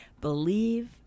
Believe